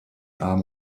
arm